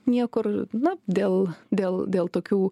niekur na dėl dėl dėl tokių